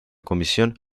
komisjon